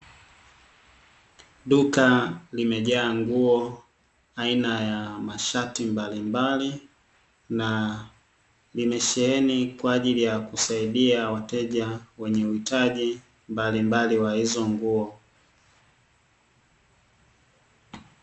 Duka limejaa nguo aina ya mashati mbalimbali, na limesheheni kwa ajili ya kusaidia wateja wenye uhitaji mbalimbali wa hizo nguo.